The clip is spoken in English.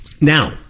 Now